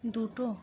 দুটো